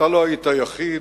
אתה לא היית היחיד.